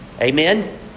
Amen